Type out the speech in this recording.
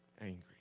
angry